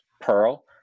PEARL